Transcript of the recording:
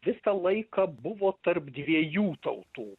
visą laiką buvo tarp dviejų tautų